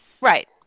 Right